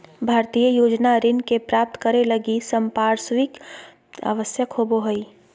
भारतीय योजना ऋण के प्राप्तं करे लगी संपार्श्विक आवश्यक होबो हइ